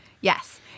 Yes